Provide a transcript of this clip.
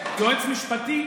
יועץ משפטי,